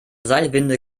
seilwinde